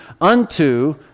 unto